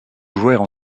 jouèrent